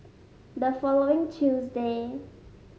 the following Tuesday